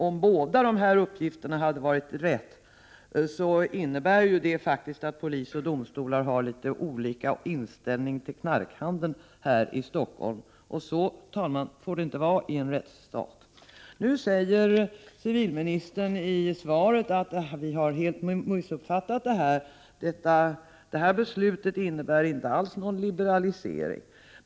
Om båda dessa uppgifter hade varit riktiga innebär det faktiskt att polis och domstolar har litet olika inställning till knarkhandeln i Stockholm. Så får det, herr talman, inte vara i en rättsstat. Nu säger civilministern i svaret att vi har helt missuppfattat beslutet. Det innebär inte alls någon liberalisering.